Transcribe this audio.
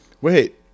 Wait